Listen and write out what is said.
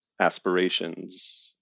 Aspirations